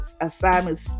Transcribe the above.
assignments